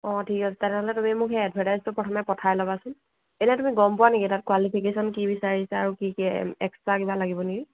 অঁ ঠিক আছে তেনেহ'লে তুমি মোক সেই এডভাৰটাইজটো প্ৰথমে পঠাই ল'বাচোন এনেই তুমি গম পোৱা নেকি তাত কুৱালিফিকেচন কি বিচাৰিছে আৰু কি কি এক্সট্ৰা কিবা লাগিব নেকি